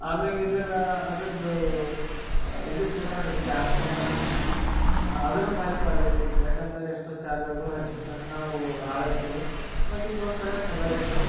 ಆಮ್ಯಾಗ್ ಇದ್ರ ಅದ್ರದ್ದು ಇದಿರ್ತದ ನೋಡ್ರಿ ಚಾರ್ಜ್ ಮಾಡೋದು ಪಿನ್ನ ಅದನ್ನೂ ಭಾರಿ ಕ್ವಾಲಿಟಿ ಇತ್ತು ಏಕೆಂದರೆ ಎಷ್ಟೋ ಚಾರ್ಜರ್ಗಳು ಹಚ್ಚಿ ತಕ್ಷಣ ಅವು ಹಾಳಾಯ್ತು ಬಟ್ ಇದೊಂಥರ ಚಲೋ ಇತ್ತು